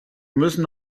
müssen